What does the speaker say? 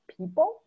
people